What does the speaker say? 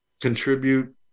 contribute